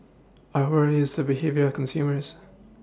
our worry is the behaviour of consumers